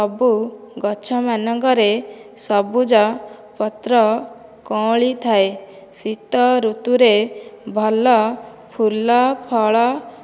ସବୁ ଗଛମାନଙ୍କରେ ସବୁଜ ପତ୍ର କଅଁଳି ଥାଏ ଶୀତ ଋତୁରେ ଭଲ ଫୁଲ ଫଳ